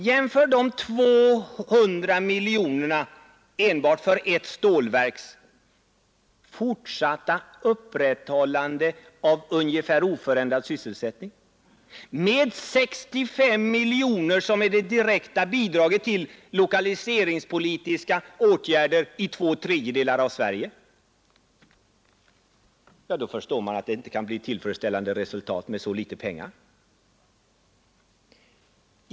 Jämför dessa 200 miljoner, som satsas enbart för ett stålverks fortsatta upprätthållande av ungefär oförändrad sysselsättning, med de 65 miljoner som är det direkta bidraget till lokaliseringspolitiska åtgärder i två tredjedelar av Sverige! Man förstår att det inte kan bli tillfredsställande resultat med så litet pengar.